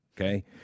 okay